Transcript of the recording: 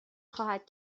خواهد